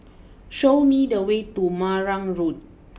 show me the way to Marang Road